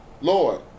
Lord